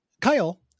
Kyle